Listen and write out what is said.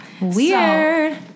weird